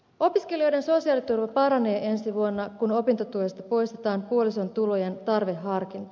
opiskelijoiden sosiaaliturva paranee ensi vuonna kun opintotuesta poistetaan puolison tulojen tarveharkinta